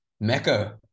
Mecca